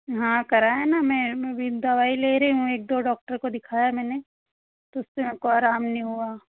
हाँ कराया ना मैं मैं अभी दवाई ले रही हूँ एक दो डॉक्टर को दिखाया मैंने तो उससे मुझको आराम नहीं हुआ